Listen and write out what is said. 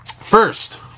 First